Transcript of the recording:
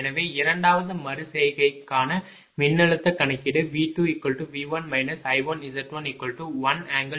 எனவே இரண்டாவது மறு செய்கைக்கான மின்னழுத்த கணக்கீடு V2V1 I1Z11∠0° 0